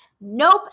Nope